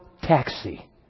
taxi